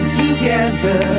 together